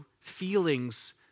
feelings